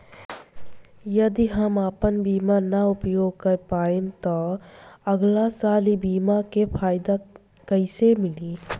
यदि हम आपन बीमा ना उपयोग कर पाएम त अगलासाल ए बीमा के फाइदा कइसे मिली?